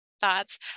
Thoughts